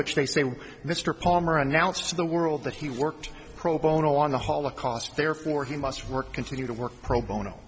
which they say mr palmer announced to the world that he worked pro bono on the holocaust therefore he must work continue to work pro bono